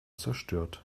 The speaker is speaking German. zerstört